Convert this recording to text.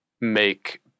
make